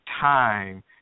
time